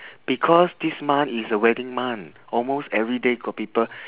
because this month is a wedding month almost every day got people